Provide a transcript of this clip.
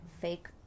fake